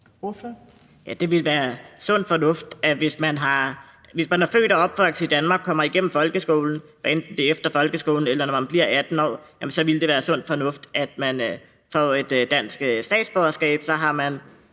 Det ville være sund fornuft, at man, hvis man er født og opvokset i Danmark, kommer igennem folkeskolen, hvad enten det er efter folkeskolen, eller når man bliver 18 år, så får et dansk statsborgerskab.